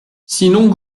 sinon